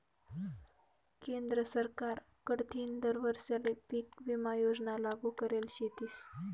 केंद्र सरकार कडथीन दर वरीसले पीक विमा योजना लागू करेल शेतीस